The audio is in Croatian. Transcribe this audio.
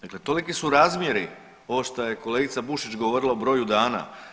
Dakle, toliki su razmjeri ovo što je kolegica Bušić govorila o broju dana.